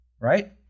Right